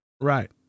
Right